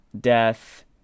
death